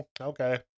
Okay